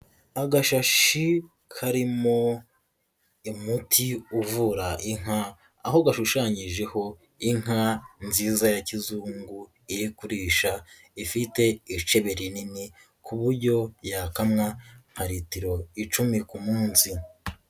Agashashi karimo umuti uvura inka, aho gashushanyijeho inka nziza ya kizungu iri kurisha, ifite icebe rinini, ku buryo yakamwa nka litiro icumi ku munsi.